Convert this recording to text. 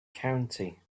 county